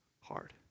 hard